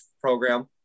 program